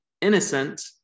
innocent